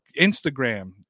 Instagram